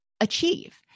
achieve